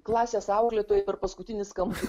klasės auklėtoja ir paskutinis skambutis